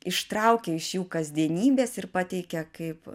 ištraukia iš jų kasdienybės ir pateikia kaip